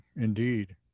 indeed